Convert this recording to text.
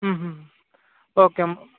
ಹ್ಞೂ ಹ್ಞೂ ಓಕೆ ಮ್